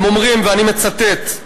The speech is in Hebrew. ואני מצטט: